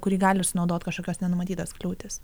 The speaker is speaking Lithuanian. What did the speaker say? kurį gali sunaudot kažkokios nenumatytos kliūtys